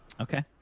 Okay